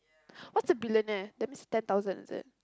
what's a billionaire that means ten thousand is it